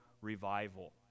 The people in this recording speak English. revival